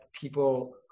people